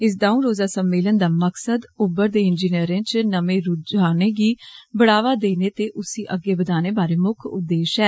इस दौंऊ रोजा सम्मेलन दा मकसद उभरदे इंजीनियरें च नमें रुझाने गी बढ़ावा देना ते उसी अग्गे बदाने बारै मुक्ख उद्देष्य ऐ